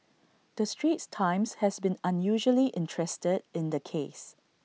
the straits times has been unusually interested in the case